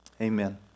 Amen